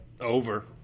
Over